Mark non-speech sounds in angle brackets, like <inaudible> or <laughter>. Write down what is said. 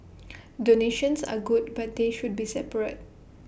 <noise> donations are good but they should be separate